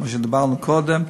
כפי שדיברנו קודם,